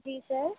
जी sir